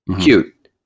Cute